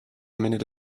minute